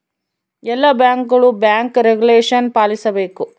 ಎಲ್ಲ ಬ್ಯಾಂಕ್ಗಳು bank regulation ಪಾಲಿಸಬೇಕು